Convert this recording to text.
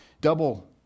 double